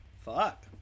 Fuck